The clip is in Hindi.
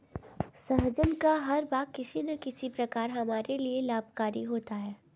सहजन का हर भाग किसी न किसी प्रकार हमारे लिए लाभकारी होता है